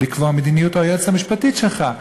לקבוע מדיניות, או היועצת המשפטית שלך?